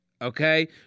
Okay